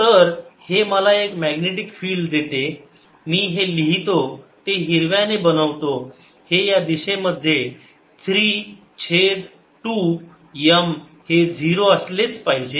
तर हे मला एक मॅग्नेटिक फिल्ड देते मी हे लिहितो ते हिरव्या ने बनवतो हे या दिशेमध्ये 3 छेद 2 M हे 0 असलेच पाहिजे